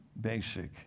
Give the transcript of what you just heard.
basic